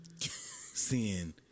seeing